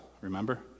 remember